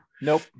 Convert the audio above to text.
Nope